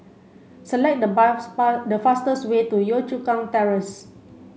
select the bar the fastest way to Yio Chu Kang Terrace